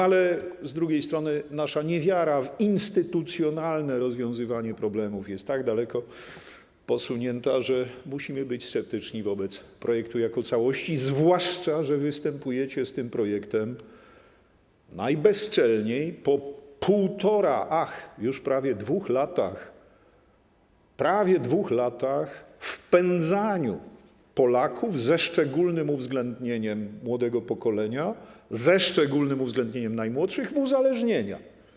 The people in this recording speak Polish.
Ale z drugiej strony nasza niewiara w instytucjonalne rozwiązywanie problemów jest tak daleko posunięta, że musimy być sceptyczni wobec projektu jako całości, zwłaszcza że występujecie z tym projektem najbezczelniej po 1,5, ach, już prawie 2 latach wpędzania Polaków, ze szczególnym uwzględnieniem młodego pokolenia, ze szczególnym uwzględnieniem najmłodszych, w uzależnienia.